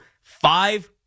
five